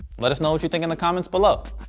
let us know what you think in the comments below.